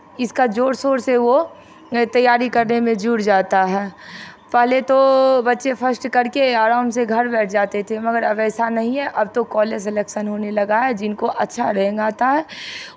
इसका जोर शोर से वो तैयारी करने में जुड़ जाता है पहले तो बच्चे फर्स्ट कर के आराम से घर बैठ जाते थे मगर अब ऐसा नहीं है अब तो कॉलेज इलेक्शन होने लगा है जिनको अच्छा रैंक आता है